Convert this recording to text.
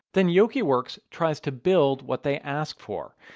then yokyworks tries to build what they ask for.